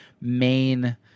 main